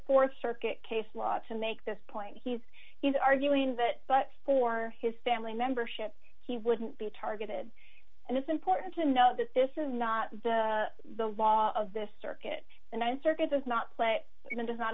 to th circuit case law to make this point he's he's arguing that but for his family membership he wouldn't be targeted and it's important to know that this is not the law of this circuit and i circuit does not play does not